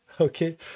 okay